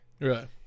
Right